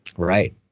right,